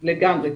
לגמרי.